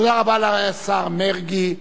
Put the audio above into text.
תודה רבה לשר מרגי.